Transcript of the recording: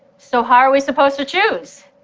so how are we supposed to choose?